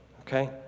okay